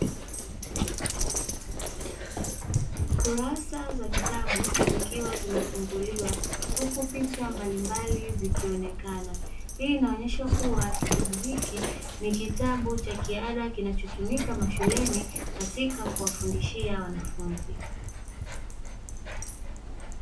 Kurasa za kitabu zikiwa zimefunguliwa huku picha mbalimbali zikionekana. Hii inaonyesha kuwa kitabu hiki ni kitabu cha kiada kinachotumika mashuleni katika kuwafundishia wanafunzi.